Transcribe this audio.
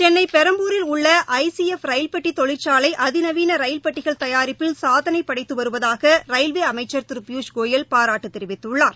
சென்னை பெரம்பூரில் உள்ள I C F ரயில்பெட்டி தொழிற்சாலை அதிநவீன ரயில்பெட்டிகள் தயாரிப்பில் சாதனை படைத்து வருவதாக ரயில்வே அமைச்சர் திரு பியூஷ் கோயல் பாராட்டு தெரிவித்துள்ளார்